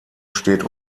steht